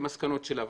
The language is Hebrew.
כמסקנות של הוועדה.